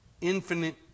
infinite